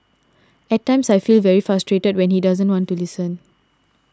at times I feel very frustrated when he doesn't want to listen